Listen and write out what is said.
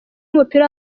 w’umupira